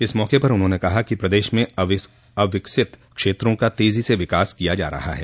इस मौके पर उन्होंने कहा कि प्रदेश में अविकसित क्षेत्रों का तेजी से विकास किया जा रहा है